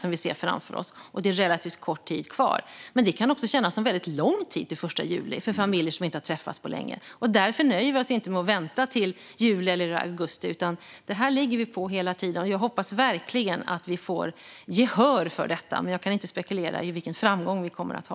Det är alltså relativt kort tid kvar, men den kan kännas lång för familjer som inte har träffats på länge. Därför nöjer vi oss inte med att vänta till juli eller augusti, utan vi ligger på hela tiden. Jag hoppas verkligen att vi får gehör, men jag kan inte spekulera i vilken framgång vi kommer att ha.